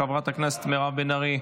חברת הכנסת מירב בן ארי,